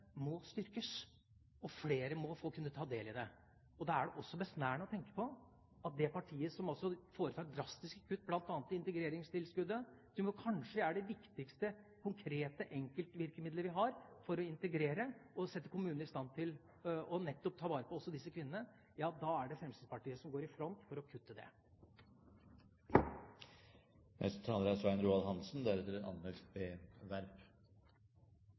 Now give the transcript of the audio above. flere må kunne få ta del i det. Da er det også besnærende å tenke på det partiet som foretar drastiske kutt bl.a. i integreringstilskuddet, som kanskje er det viktigste konkrete enkeltvirkemidlet vi har for å integrere og sette kommunene i stand til nettopp å ta vare på også disse kvinnene – ja, det er Fremskrittspartiet som går i front for å kutte